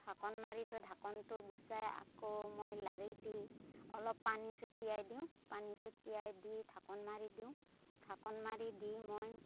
ঢাকোন মাৰি থৈ ঢাকোনটো গুচাই আকৌ মই লাৰি দি অলপ পানী ছটিয়াই দিওঁ পানী ছটিয়াই দি ঢাকোন মাৰি দিওঁ ঢাকোন মাৰি দি মই